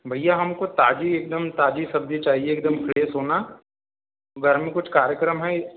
भैया हम को ताज़ी एकदम ताज़ी सब्ज़ी चाहिए एकदम फ्रेश होना घर में कुछ कार्यक्रम है